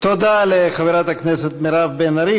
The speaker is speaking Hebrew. תודה לחברת הכנסת מירב בן ארי.